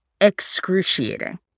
excruciating